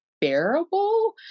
bearable